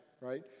right